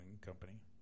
Company